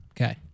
Okay